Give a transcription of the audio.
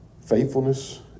Faithfulness